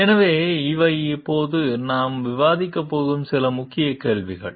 எனவே இவை இப்போது நாம் விவாதிக்கப் போகும் சில முக்கிய கேள்விகள்